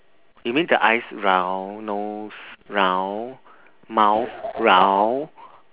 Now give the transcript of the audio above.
you mean the eyes round nose round mouth round